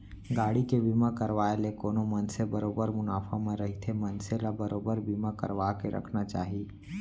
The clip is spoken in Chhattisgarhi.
गाड़ी के बीमा करवाय ले कोनो मनसे बरोबर मुनाफा म रहिथे मनसे ल बरोबर बीमा करवाके रखना चाही